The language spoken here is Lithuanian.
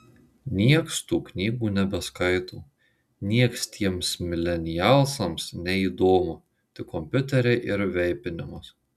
nieks tų knygų nebeskaito nieks tiems milenialsams neįdomu tik kompiuteriai ir veipinimas